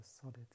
solid